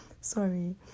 sorry